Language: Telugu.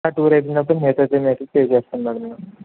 ఆ టూర్ అయిపోయిన తర్వాత మిగతా పే చేస్తాను మ్యాడం మీకు